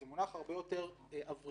זה מונח הרבה יותר אוורירי,